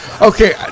Okay